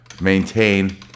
maintain